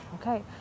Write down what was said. okay